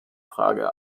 frage